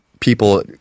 People